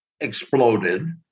exploded –